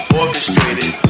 orchestrated